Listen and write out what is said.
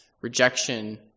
rejection